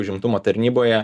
užimtumo tarnyboje